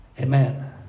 Amen